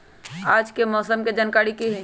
आज के मौसम के जानकारी कि हई?